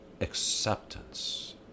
acceptance